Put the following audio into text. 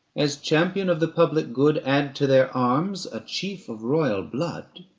as champion of the public good, add to their arms a chief of royal blood,